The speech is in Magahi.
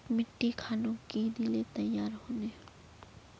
मिट्टी खानोक की दिले तैयार होने?